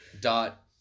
dot